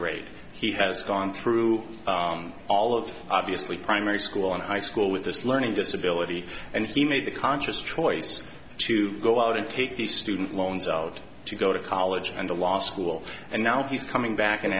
grade he has gone through all of obviously primary school and high school with this learning disability and he made the conscious choice to go out and take the student loans out to go to college and to law school and now he's coming back and